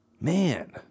Man